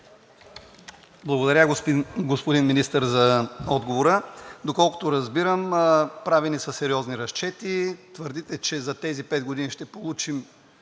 отговора, господин Министър. Доколкото разбирам, правени са сериозни разчети. Твърдите, че за тези пет години ще получим